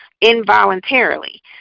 involuntarily